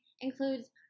includes